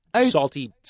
salty